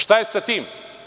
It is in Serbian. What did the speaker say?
Šta je sa tim?